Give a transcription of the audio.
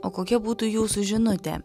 o kokia būtų jūsų žinutė